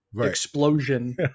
explosion